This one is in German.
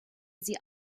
sie